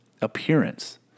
appearance